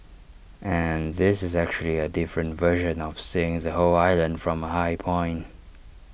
and this is actually A different version of seeing the whole island from A high point